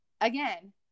again